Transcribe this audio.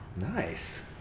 Nice